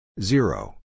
Zero